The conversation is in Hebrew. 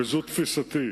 וזו תפיסתי,